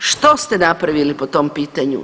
Što ste napravili po tom pitanju?